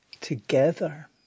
together